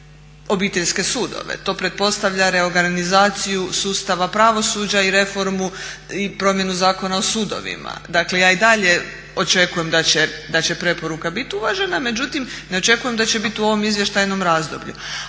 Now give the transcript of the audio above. To pretpostavlja reorganizaciju sustava pravosuđa i reformu i promjenu Zakona o sudovima. Dakle, ja i dalje očekujem da će preporuka biti uvažena, međutim ne očekujem da će biti u ovom izvještajnom razdoblju.